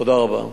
תודה רבה.